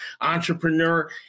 entrepreneur